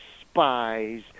spies